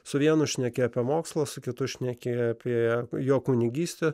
su vienu šneki apie mokslą su kitu šnekėjo apie jo kunigystę